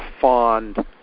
fond